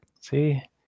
See